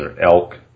elk